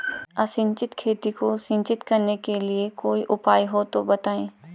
असिंचित खेती को सिंचित करने के लिए कोई उपाय हो तो बताएं?